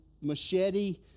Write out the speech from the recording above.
machete